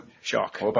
Shock